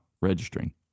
registering